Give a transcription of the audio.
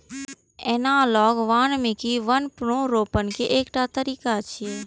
analogue वानिकी वन पुनर्रोपण के एकटा तरीका छियै